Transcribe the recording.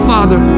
Father